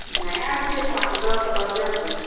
ନାହିଁ ଆଉ ଟିକେ କମାନ୍ତୁ ଦଶ କରିଦିଅନ୍ତୁ